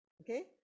okay